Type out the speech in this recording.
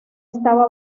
estaba